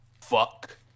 Fuck